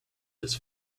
this